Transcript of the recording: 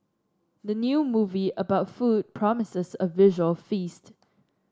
the new movie about food promises a visual feast